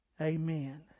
Amen